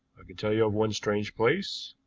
i can tell you of one strange place,